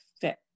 fit